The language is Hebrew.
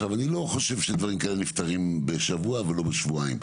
אני לא חושב שדברים כאלה נפתרים בשבוע ולא בשבועיים.